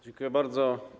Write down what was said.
Dziękuję bardzo.